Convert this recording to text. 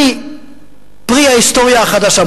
אני פרי ההיסטוריה החדשה,